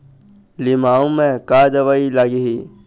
लिमाऊ मे का दवई लागिही?